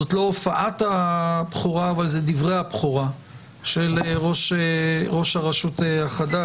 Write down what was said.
זו לא הופעת הבכורה אבל דברי הבכורה של ראש הרשות החדש,